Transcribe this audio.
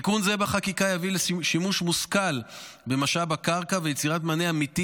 תיקון זה בחקיקה יביא לשימוש מושכל במשאב הקרקע וליצירת מענה אמיתי,